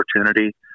opportunity